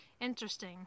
interesting